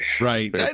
Right